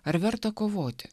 ar verta kovoti